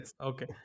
okay